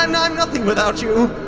i'm i'm nothing without you!